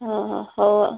ହଁ ହଁ ହଉ ଆଉ